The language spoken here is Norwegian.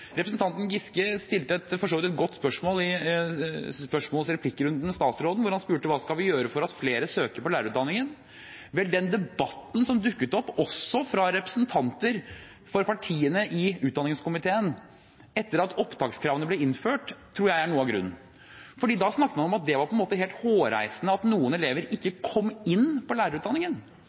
Representanten Giske stilte for så vidt et godt spørsmål i replikkrunden med statsråden, da han spurte hva vi skal gjøre for at flere søker på lærerutdanningen. Vel, den debatten som dukket opp, også fra representanter for partiene i utdanningskomiteen etter at opptakskravene ble innført, tror jeg er noe av grunnen, for da snakket man om at det var helt hårreisende at noen elever ikke kom inn på lærerutdanningen.